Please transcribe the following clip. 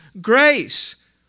grace